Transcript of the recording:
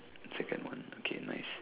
second one okay nice